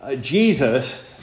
Jesus